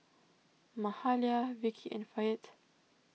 Mahalia Vicki and Fayette